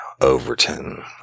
Overton